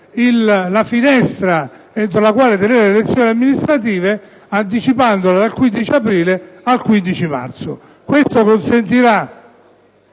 la finestra entro la quale tenere le elezioni amministrative, anticipandola dal 15 aprile al 15 marzo. Questo consentirà